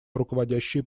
руководящие